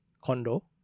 condo